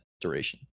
duration